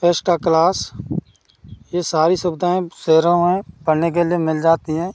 एस्टा class ये सारी सुविधाएँ शहरों में पढ़ने के लिए मिल जाती हैं